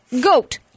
goat